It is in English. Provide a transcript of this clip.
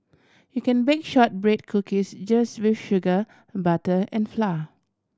you can bake shortbread cookies just with sugar butter and flour